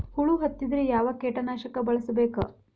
ಹುಳು ಹತ್ತಿದ್ರೆ ಯಾವ ಕೇಟನಾಶಕ ಬಳಸಬೇಕ?